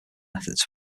methods